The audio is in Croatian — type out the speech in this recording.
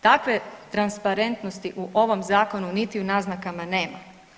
Takve transparentnosti u ovom zakonu niti u naznakama nema.